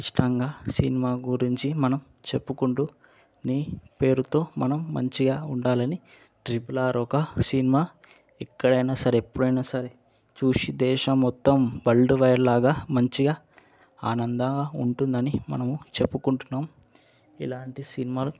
ఇష్టంగా సినిమా గురించి మనం చెప్పుకుంటూ నీ పేరుతో మనం మంచిగా ఉండాలని ట్రిపుల్ ఆర్ ఒక సినిమా ఎక్కడైనా సరే ఎప్పుడైనా సరే చూసి దేశం మొత్తం వరల్డ్వైడ్ లాగా మంచిగా ఆనందంగా ఉంటుందని మనము చెప్పుకుంటున్నాం ఇలాంటి సినిమాలు